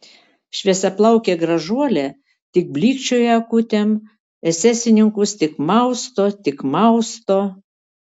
šviesiaplaukė gražuolė tik blykčioja akutėm esesininkus tik mausto tik mausto